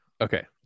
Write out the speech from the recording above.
okay